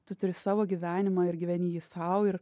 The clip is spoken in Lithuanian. tu turi savo gyvenimą ir gyveni jį sau ir